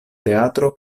teatro